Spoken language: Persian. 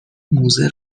موزه